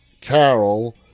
Carol